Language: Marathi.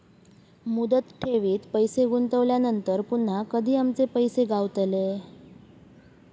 मुदत ठेवीत पैसे गुंतवल्यानंतर पुन्हा कधी आमचे पैसे गावतले?